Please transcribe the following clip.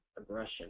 aggression